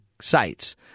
sites